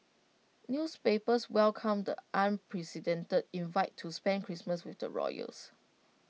newspapers welcomed the unprecedented invite to spend Christmas with the royals